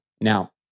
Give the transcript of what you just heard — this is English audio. Now